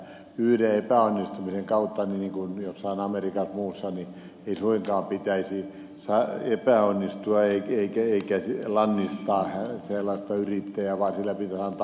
yhden epäonnistumisen niin kuin jossain amerikassa tai muualla ei suinkaan pitäisi lannistaa sellaista yrittäjää vaan hänelle pitäisi antaa uusi mahdollisuus